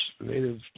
native